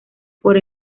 por